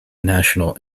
national